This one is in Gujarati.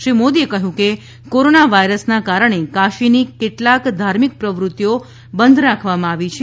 શ્રી મોદીએ કહ્યું કે કોરોના વાયરસના કારણે કાશીની કેટલાક ધાર્મિક પ્રવૃતિઓ બંધ રાખવામાં આવી છે